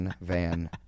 van